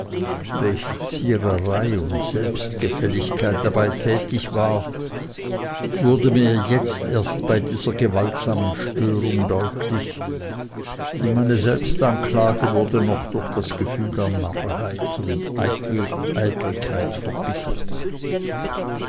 welche ziererei und selbstgefälligkeit dabei tätig war wurde mir jetzt erst bei dieser gewaltsamen störung deutlich und meine selbstanklage wurde noch durch das gefühl der narrheit und eitelkeit verbittert